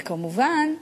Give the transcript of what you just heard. וכמובן,